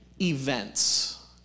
Events